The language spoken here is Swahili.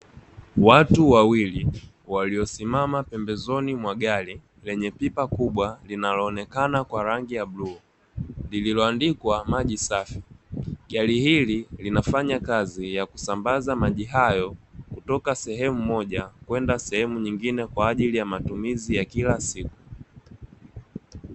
Watu wawili, waliosimama pembezoni mwa gari lenye pipa kubwa, linaloonekana kwa rangi ya bluu, lililoandikwa maji safi. Gari hili linafanya kazi ya kusambaza maji hayo kutoka sehemu moja kwenda sehemu nyingine, kwa ajili ya matumizi ya kila siku.